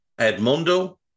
Edmundo